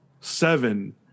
seven